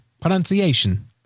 pronunciation